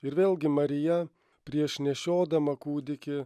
ir vėlgi marija prieš nešiodama kūdikį